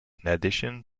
addition